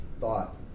thought